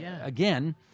again